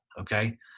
okay